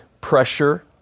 pressure